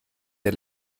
der